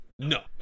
No